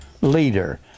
leader